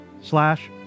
slash